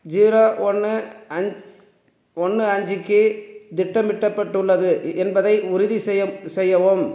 zero ஒன்று அஞ் ஒன்று அஞ்சு க்கு திட்டமிடப்பட்டுள்ளது என்பதை உறுதி செய்ய செய்யவும்